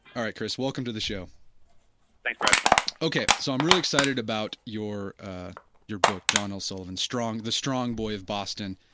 all right, chris, welcome to the show thanks brett okay. so i'm really excited about your ah your book, john l. sullivan, the strong boy of boston.